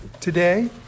today